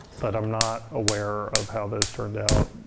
but i'm not aware of how those turned out.